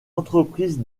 entreprise